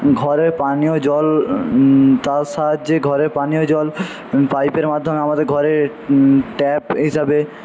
ঘরে পানীয় জল তার সাহায্যে ঘরে পানীয় জল পাইপের মাধ্যমে আমাদের ঘরে ট্যাপ এইসবে